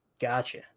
Gotcha